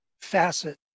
facet